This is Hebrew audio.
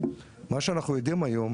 ממה שאנחנו יודעים היום,